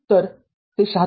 तर ते ७६